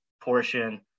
portion